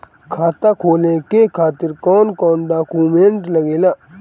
खाता खोले के खातिर कौन कौन डॉक्यूमेंट लागेला?